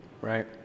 right